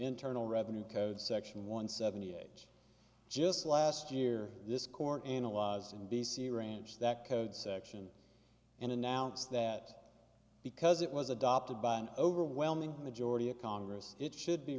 internal revenue code section one seventy age just last year this court analyzed in b c ranch that code section and announced that because it was adopted by an overwhelming majority of congress it should be